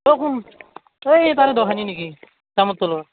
অঁ কোন এই তাৰে দ খেনি নেকি জামৰ তলৰ